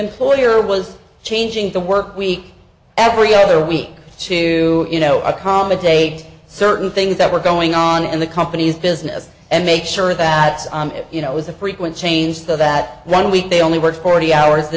employer was changing the work week every other week to you know accommodate certain things that were going on in the company's business and make sure that you know it was a frequent change though that one week they only work forty hours the